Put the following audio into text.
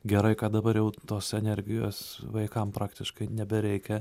gerai kad dabar jau tos energijos vaikam praktiškai nebereikia